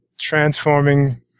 transforming